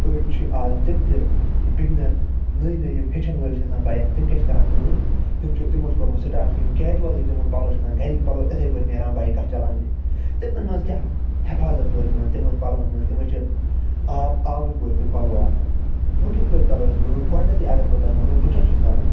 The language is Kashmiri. أڈۍ چھِ آز تِم تہِ بِگنَر نٔے نٔے یِم ہیٚچھَن وٲلۍ چھِ آسان بایک تِم کیٛاہ چھِ کران کٲم تِم چھِ تِموٚو چھُ کوٚرمُت سِٹارٹ کہِ یِم کیجوَل یِم یِمَن پَلوٚو چھِ آسان گھرِکۍ پَلوٚو یِتھٔے پٲٹھۍ نیران بایکَہ چَلاونہِ تِمَن منٛز کیٛاہ حِفاظت روزِ تِمَن تِمَن پَلوَن منٛز تِمَن چھِ آب آبٕکۍ پٲٹھۍ تِم پَلوٚو آسان وۄنۍ کِتھۍ پٲٹھۍ کرو أسۍ کٲم گۄڈٕنیٚتھٕے اَگر بہٕ تۄہہِ وَنہو بہٕ کیٛاہ چھُس کران